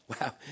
Wow